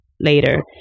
later